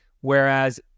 Whereas